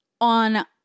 on